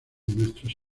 nuestros